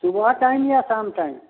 सुबह टाइम या शाम टाइम